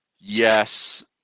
yes